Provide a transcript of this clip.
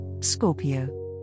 Scorpio